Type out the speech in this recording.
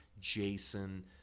Jason